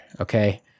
okay